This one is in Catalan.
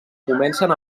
comencen